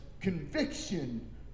conviction